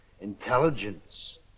intelligence